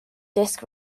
disc